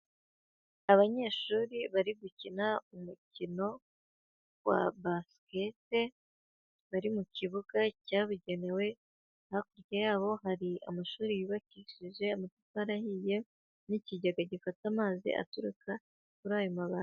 Abanyeshuri bari gukina umukino wa basket, bari mu kibuga cyabigenewe, hakurya yabo hari amashuri yubakishije amatari ahiye n'igega gifata amazi aturuka kuri ayo mabati.